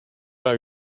are